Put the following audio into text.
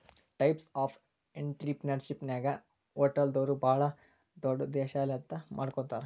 types of ಎನ್ಟ್ರಿಪ್ರಿನಿಯರ್ಶಿಪ್ನ್ಯಾಗ ಹೊಟಲ್ದೊರು ಭಾಳ್ ದೊಡುದ್ಯಂಶೇಲತಾ ಮಾಡಿಕೊಡ್ತಾರ